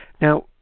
Now